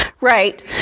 right